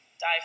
die